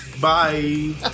Bye